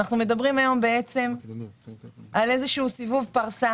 אנחנו מדברים היום על איזשהו סיבוב פרסה,